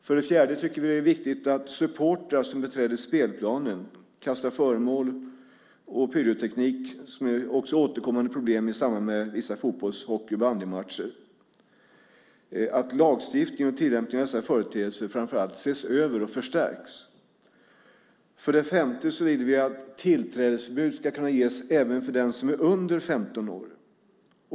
För det fjärde tycker vi att det är viktigt att lagstiftningen och tillämpningen av den när det gäller supportrar som beträder spelplanen, kastar föremål och använder pyroteknik, vilket också är ett återkommande problem i samband med vissa fotbolls-, hockey och bandymatcher, ses över och förstärks. För det femte vill vi att tillträdesförbud ska kunna ges även för den som är under 15 år.